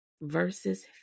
versus